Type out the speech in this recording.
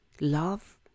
love